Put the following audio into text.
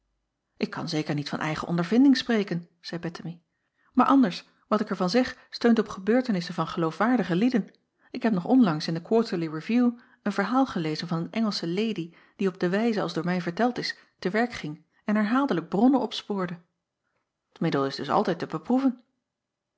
k kan zeker niet van eigen ondervinding spreken zeî ettemie maar anders wat ik er van zeg steunt op gebeurtenissen van geloofwaardige lieden ik heb nog onlangs in de uarterly eview een verhaal gelezen van een ngelsche lady die op de wijze als door mij verteld is te werk ging en herhaaldelijk bronnen opspoorde t iddel is dus altijd te beproeven